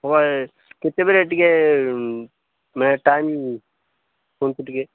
ହଉ ଭାଇ କେତେବେଳେ ଟିକେ ମାନେ ଟାଇମ୍ କୁହନ୍ତୁ ଟିକେ